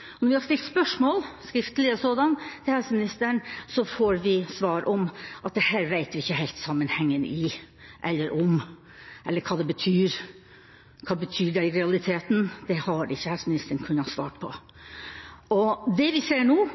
sier. Når vi har stilt spørsmål, skriftlige sådanne, til helseministeren, får vi svar om at her vet vi ikke helt sammenhengen, eller hva det betyr. Hva dette betyr i realiteten, har ikke helseministeren kunnet svare på. Det vi ser nå,